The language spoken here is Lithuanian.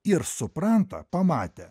ir supranta pamatę